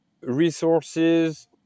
resources